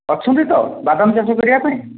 ଅଛନ୍ତି ତ ବାଦାମ ଚାଷ କରିବା ପାଇଁ